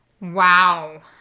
Wow